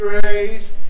grace